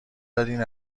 دادین